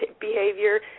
behavior